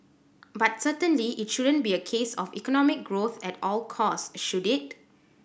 but certainly it shouldn't be a case of economic growth at all costs should it